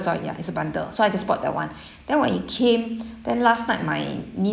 so ya it's a bundle so I just bought that one then when it came then last night my